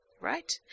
Right